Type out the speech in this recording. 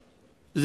ריבלין?